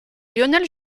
lionel